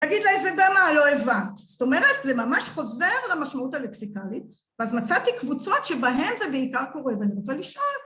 תגיד לי זה במה אני לא הבנת. זאת אומרת זה ממש חוזר למשמעות הלקסיקלית ואז מצאתי קבוצות שבהן זה בעיקר קורה ואני רוצה לשאול